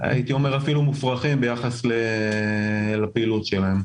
מופרכים ביחס לפעילות שלהם.